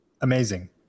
Amazing